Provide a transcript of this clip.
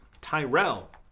Tyrell